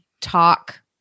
talk